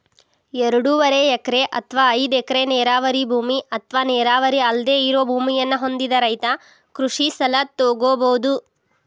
ಎರಡೂವರೆ ಎಕರೆ ಅತ್ವಾ ಐದ್ ಎಕರೆ ನೇರಾವರಿ ಭೂಮಿ ಅತ್ವಾ ನೇರಾವರಿ ಅಲ್ದೆ ಇರೋ ಭೂಮಿಯನ್ನ ಹೊಂದಿದ ರೈತ ಕೃಷಿ ಸಲ ತೊಗೋಬೋದು